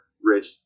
Rich